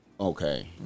Okay